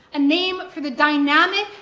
a name for the dynamic,